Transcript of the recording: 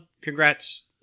Congrats